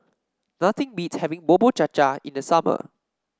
nothing beats having Bubur Cha Cha in the summer